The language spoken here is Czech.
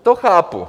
To chápu.